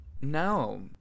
No